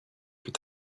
plus